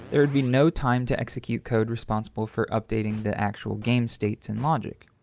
there would be no time to execute code responsible for updating the actual game states and logic.